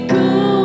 go